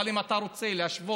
אבל אם אתה רוצה להשוות,